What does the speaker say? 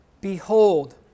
behold